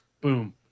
boom